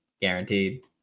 guaranteed